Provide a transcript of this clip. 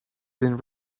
been